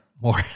more